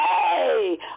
Hey